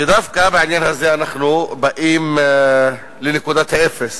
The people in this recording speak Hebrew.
שדווקא בעניין הזה אנחנו באים לנקודת אפס